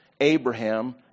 Abraham